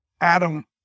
Adam